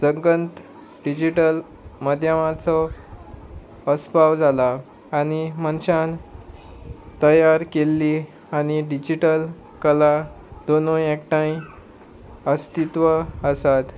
जगंत digital माध्यमाचो अस्पाव जाला आनी मनशान तयार केल्ली आनी डिजीटल कला दोनूय एकठांय अस्तित्व आसात